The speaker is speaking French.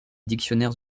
dictionnaires